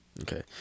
okay